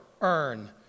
earn